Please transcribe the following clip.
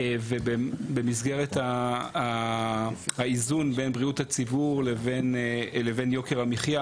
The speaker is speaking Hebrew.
במסגרת האיזון בין בריאות הציבור לבין יוקר המחיה